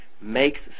makes